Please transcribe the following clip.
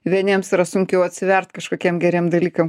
vieniems yra sunkiau atsivert kažkokiem geriem dalykam